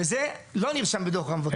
וזה לא נרשם בדוח מבקר המדינה.